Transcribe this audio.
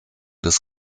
des